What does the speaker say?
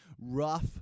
rough